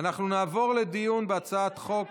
ההצעה להעביר את הצעת חוק